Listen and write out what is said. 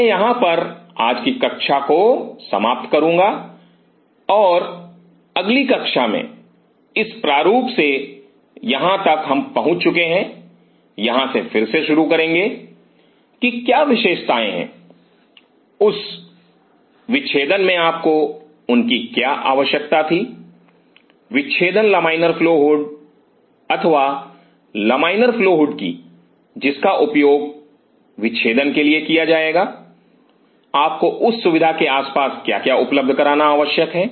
मैं यहां पर आज की कक्षा को समाप्त करुंगा और अगली कक्षा में इस प्रारूप से यहां तक हम पहुंच चुके हैं यहाँ से फिर से शुरू करेंगे कि क्या विशेषताएँ हैं उस विच्छेदन में आपको उनकी क्या आवश्यकता थी विच्छेदन लमाइनर फ्लो हुड अथवा लमाइनर फ्लो हुड की जिसका उपयोग विच्छेदन के लिए किया जाएगा आपको उस सुविधा के आसपास क्या क्या उपलब्ध कराना आवश्यक है